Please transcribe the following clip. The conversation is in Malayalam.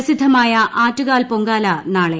പ്രസിദ്ധമായ ആറ്റുകാൽ പൊങ്കാല നാളെ